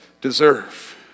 deserve